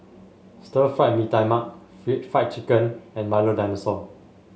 Stir Fried Mee Tai Mak Fried Chicken and Milo Dinosaur